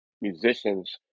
musicians